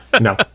no